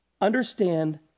understand